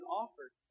offered